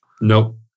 Nope